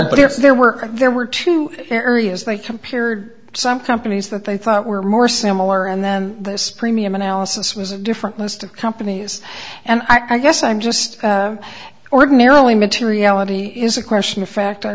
it but if there were there were two areas they compared some companies that they thought were more similar and then this premium analysis was a different list of companies and i guess i'm just ordinarily materiality is a question of fact i